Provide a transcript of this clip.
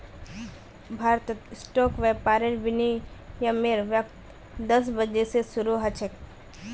भारतत स्टॉक व्यापारेर विनियमेर वक़्त दस बजे स शरू ह छेक